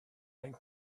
and